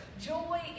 Joy